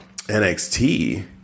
NXT